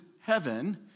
heaven